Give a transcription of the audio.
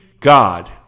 God